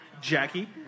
Jackie